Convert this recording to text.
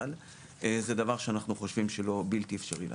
זה דבר שאנחנו חושבים שהוא בלתי אפשרי.